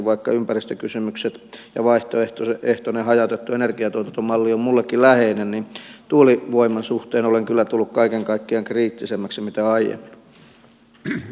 vaikka ympäristökysymykset ja vaihtoehtoinen hajautettu energiantuotantomalli ovat minullekin läheisiä niin tuulivoiman suhteen olen kyllä tullut kaiken kaikkiaan kriittisemmäksi kuin aiemmin